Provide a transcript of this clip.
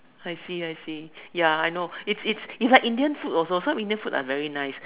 I see I see ya I know it's it's it's like Indian food also some Indian food are very nice